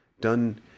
done